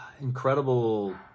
incredible